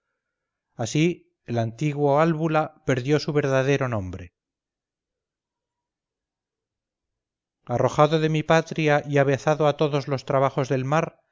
así el antiguo álbula perdió su verdadero nombre arrojado de mi patria y avezado a todos los trabajos del mar